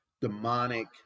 demonic